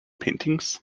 paintings